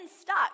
stuck